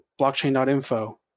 blockchain.info